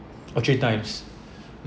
or three times